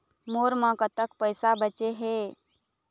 मोर म कतक पैसा बचे हे?